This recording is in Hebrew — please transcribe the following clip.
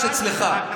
החשש אצלך.